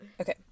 okay